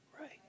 right